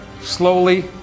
slowly